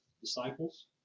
disciples